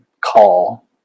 call